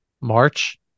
March